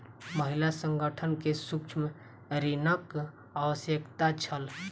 महिला संगठन के सूक्ष्म ऋणक आवश्यकता छल